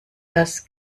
das